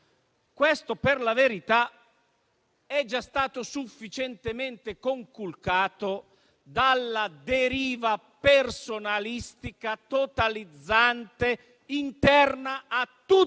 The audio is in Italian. Questo, per la verità, è già stato sufficientemente conculcato dalla deriva personalistica e totalizzante interna a tutti